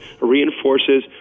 reinforces